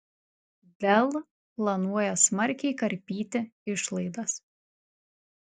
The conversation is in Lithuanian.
dell planuoja smarkiai karpyti išlaidas